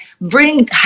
bring